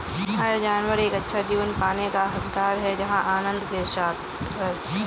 हर जानवर एक अच्छा जीवन पाने का हकदार है जहां वे आनंद के साथ रह सके